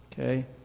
okay